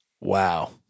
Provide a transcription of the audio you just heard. Wow